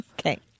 Okay